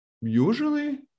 usually